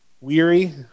weary